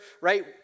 right